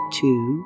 two